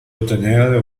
ottenere